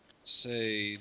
say